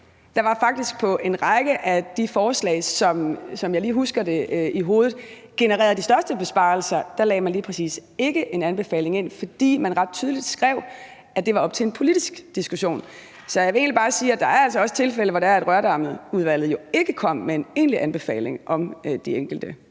lagde man på en række af de forslag, som genererede de største besparelser, lige præcis ikke en anbefaling ind, fordi man ret tydeligt skrev, at det var op til en politisk diskussion. Så jeg vil egentlig bare sige, at der altså også er tilfælde, hvor Rørdamudvalget ikke kom med en egentlig anbefaling af de enkelte